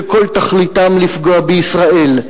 שכל תכליתם לפגוע בישראל,